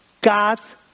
God's